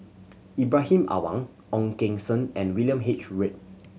Ibrahim Awang Ong Keng Sen and William H Read